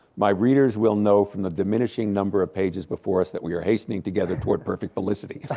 my readers will know from the diminishing number of pages before us that we are hastening together toward perfect felicity.